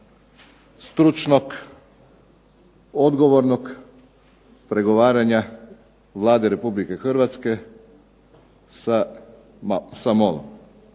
stručnog odgovornog pregovaranja Vlade Republike Hrvatske sa MOL-om,